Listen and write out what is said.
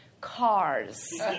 cars